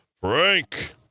Frank